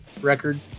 record